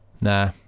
Nah